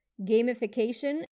Gamification